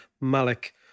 Malik